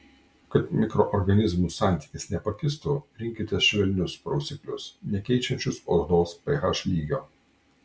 kad mikroorganizmų santykis nepakistų rinkitės švelnius prausiklius nekeičiančius odos ph lygio